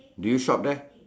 do you shop there